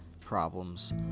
problems